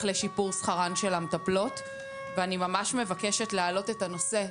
לשיפור שכרן של המטפלות ואני ממש מבקשת להעלות את הנושא,